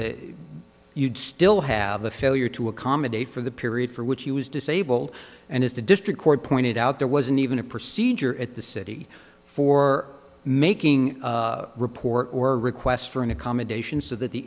that you'd still have the failure to accommodate for the period for which he was disabled and if the district court pointed out there wasn't even a procedure at the city for making report or request for an accommodation so that the